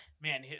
man